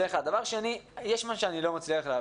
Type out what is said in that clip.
יש משהו שאני לא מצליח להבין.